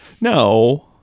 No